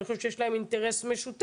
אני חושבת שיש להם אינטרס משותף,